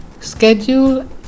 schedule